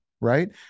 right